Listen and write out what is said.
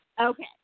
Okay